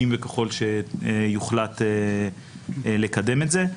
אם וככל שיוחלט לקדם את זה.